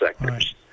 sectors